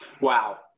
Wow